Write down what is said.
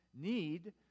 need